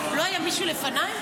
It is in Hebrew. חברת הכנסת מירב בן ארי.